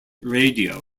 radio